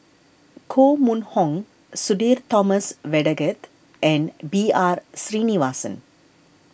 Koh Mun Hong Sudhir Thomas Vadaketh and B R Sreenivasan